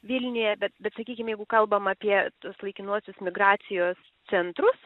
vilniuje bet bet sakykim jeigu kalbam apie tuos laikinuosius migracijos centrus